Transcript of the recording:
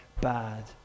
bad